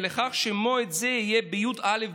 אל תיתנו לגנץ ואשכנזי לנהל גם את